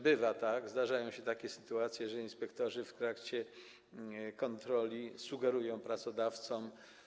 Bywa tak, zdarzają się takie sytuacje, że inspektorzy w trakcie kontroli sugerują pracodawcom.